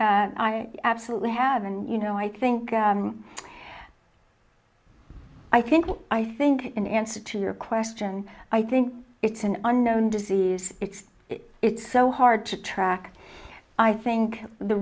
r i absolutely have and you know i think i think i think in answer to your question i think it's an unknown disease it's it's so hard to track i think the